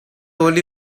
only